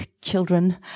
children